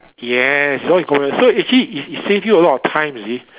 yes it's all included so actually it it save you a lot of time you see